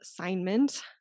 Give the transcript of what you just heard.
assignment